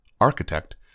architect